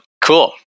Cool